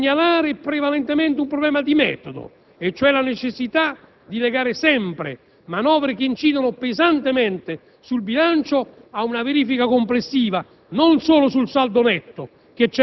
segnalare prevalentemente un problema di metodo, cioè la necessità di legare sempre manovre che incidono pesantemente sul bilancio a una verifica complessiva non solo sul saldo netto